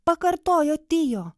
pakartojo tio